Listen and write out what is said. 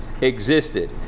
existed